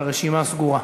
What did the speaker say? והרשימה סגורה.